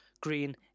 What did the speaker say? green